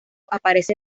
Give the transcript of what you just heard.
aparece